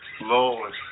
Lord